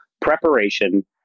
preparation